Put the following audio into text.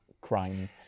crime